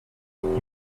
you